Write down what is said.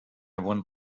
want